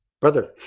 brother